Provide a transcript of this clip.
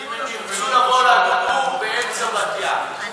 אם הם ירצו לבוא לגור באמצע בת-ים.